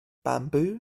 bamboo